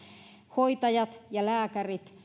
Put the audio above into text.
hoitajat ja lääkärit